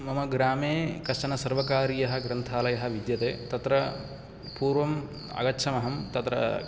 मम ग्रामे कश्चन सर्वकारीयः ग्रन्थालयः विद्यते तत्र पूर्वम् आगच्छमहं तत्र